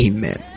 Amen